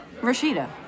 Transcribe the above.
Rashida